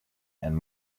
and